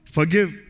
Forgive